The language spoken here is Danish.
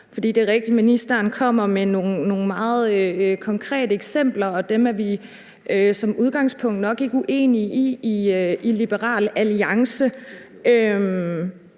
for. Det er rigtigt, at ministeren kommer med nogle meget konkrete eksempler, og dem er vi som udgangspunkt nok ikke uenige i i Liberal Alliance.